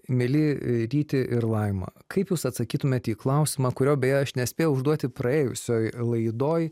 mieli ryti ir laima kaip jūs atsakytumėte į klausimą kurio beje aš nespėjau užduoti praėjusioj laidoj